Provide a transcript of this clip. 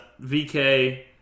VK